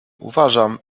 uważam